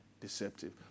deceptive